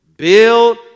Build